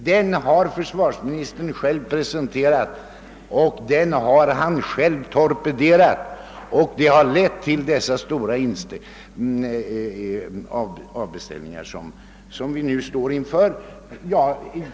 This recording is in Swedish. Den planen har försvarsministern själv presenterat och själv torpederat, vilket lett till de stora inhiberingar som nu är ett faktum.